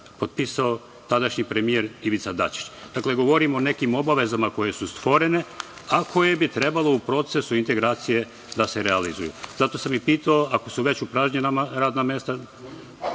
Potpisao je tadašnji premijer Ivica Dačić. Dakle, govorim o nekim obavezama koje su stvorene, a koje bi trebale u procesu integracije da se realizuju. Zato sam i pitao, ako su već upražnjena radna mesta,